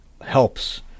helps